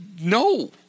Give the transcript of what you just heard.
no